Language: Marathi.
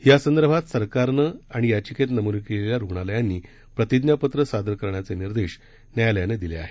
या संदर्भात सरकारनं आणि याचिकेत नमूद केलेल्या रुग्णालयांनी प्रतिज्ञापत्र सादर करण्याचे निर्देश न्यायालयानं दिले आहेत